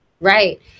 Right